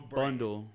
bundle